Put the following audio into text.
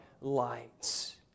lights